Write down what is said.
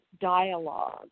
dialogue